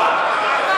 חבר